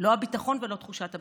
לא הביטחון ולא תחושת הביטחון.